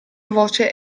voce